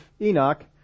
Enoch